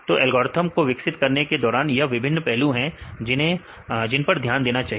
तो एल्गोरिथ्म को विकसित करने के दौरान यह विभिन्न पहलू हैं जिन पर ध्यान देना चाहिए